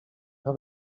how